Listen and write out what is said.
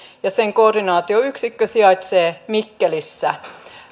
ja sen koordinaatioyksikkö sijaitsee mikkelissä